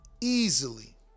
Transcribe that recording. easily